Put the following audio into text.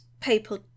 People